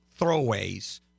throwaways